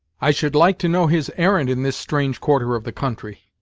i should like to know his errand in this strange quarter of the country.